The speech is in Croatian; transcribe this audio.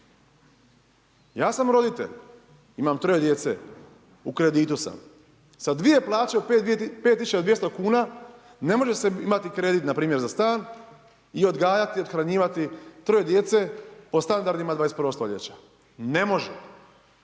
ja sam roditelj, imam troje djece, u kreditu sam, sa dvije plaće od 5200 kuna ne može se imati kredit npr. za stan i odgajati, othranjivati troje djece po standardima 21. stoljeća. Ne može,